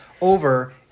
over